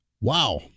Wow